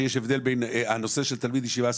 שיש הבדל בין תלמיד ישיבה,